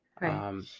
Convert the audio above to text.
right